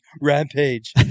Rampage